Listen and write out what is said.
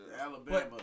Alabama